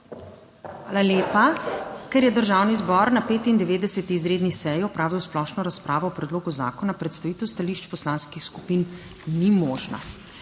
Hvala lepa. Ker je Državni zbor na 95. izredni seji opravil splošno razpravo o predlogu zakona, predstavitev stališč poslanskih skupin ni možna.